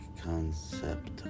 concept